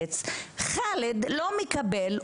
אני סומך על החברים שלי שימשיכו את הדיון,